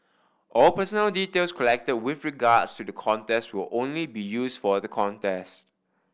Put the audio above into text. all personal details collected with regards to the contest will only be used for the contest